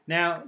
Now